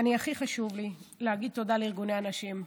הכי חשוב לי להגיד תודה לארגוני הנשים.